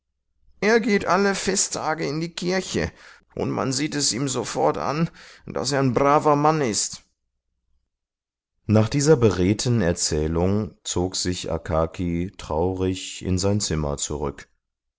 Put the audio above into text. er geht alle festtage in die kirche und man sieht es ihm sofort an daß er ein braver mann ist nach dieser beredten erzählung zog sich akaki traurig in sein zimmer zurück